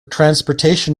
transportation